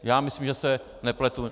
Já myslím, že se nepletu.